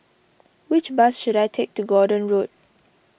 which bus should I take to Gordon Road